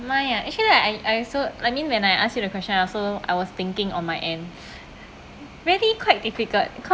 mine ah actually I I also I mean when I ask you the question I also I was thinking on my end really quite difficult